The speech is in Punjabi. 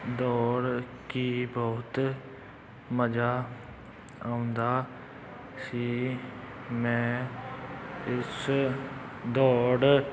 ਦੌੜ ਕੇ ਬਹੁਤ ਮਜ਼ਾ ਆਉਂਦਾ ਸੀ ਮੈਂ ਇਸ ਦੌੜ